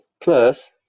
plus